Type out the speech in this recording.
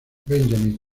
benjamin